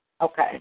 Okay